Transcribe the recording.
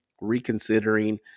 reconsidering